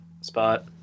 spot